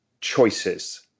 choices